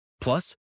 Plus